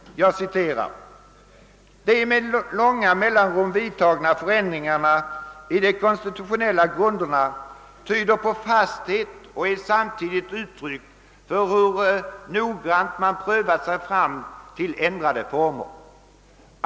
Jag citerar: »De med långa mellanrum vidtagna förändringarna i de konstitutionella grunderna tyder på fasthet och är samtidigt uttryck för hur noggrant man prövat sig fram till ändrade former.